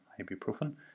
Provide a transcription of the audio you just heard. ibuprofen